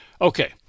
Okay